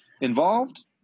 involved